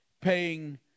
paying